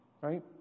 right